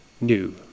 new